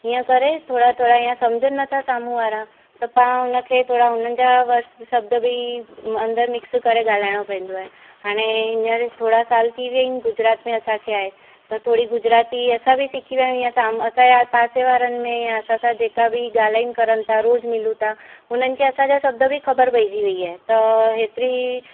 हीअं करे थोरा थोरा या सम्झनि नथा साम्हूं वारा त तव्हां हुन खे थोरा हुननि जा वर्डसि शब्द बि अंदरि मिक्स करे ॻाल्हाइणो पवंदो आहे हाणे हींअर थोरा साल थी विया आहिनि गुजरात में असांखे आहे त थोरी गुजराती असां बि सिखी विया आहियूं असां असांजा पासे वारनि में या असां जेका बि ॻाल्हियूं करऊं ता रोज़ु मिलूं ता उन्हनि खे असांजा शब्द बि ख़बरु पइजी वई आहे त हेतिरी